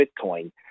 Bitcoin